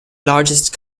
largest